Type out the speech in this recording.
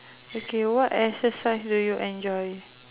okay what exercise do you enjoy